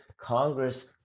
congress